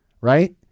right